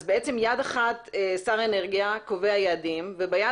אז בעצם ביד אחת שר האנרגיה קובע יעדים וביד